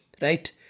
right